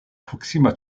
proksima